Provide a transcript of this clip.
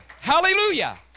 Hallelujah